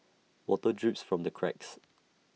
water drips from the cracks